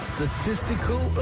Statistical